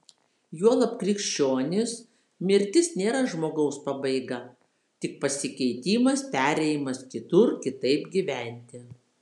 juolab krikščionys mirtis nėra žmogaus pabaiga tik pasikeitimas perėjimas kitur kitaip gyventi